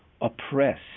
Oppress